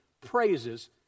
praises